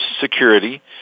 security